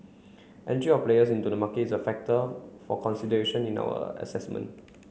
entry of players into the market is a factor for consideration in our assessment